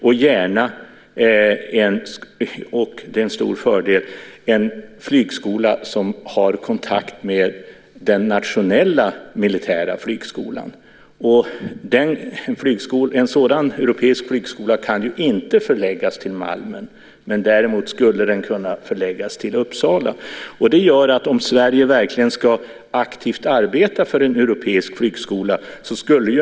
Det är också en stor fördel med en flygskola som har kontakt med den nationella militära flygskolan. En sådan europeisk flygskola kan inte förläggas till Malmen. Däremot skulle den kunna förläggas till Uppsala.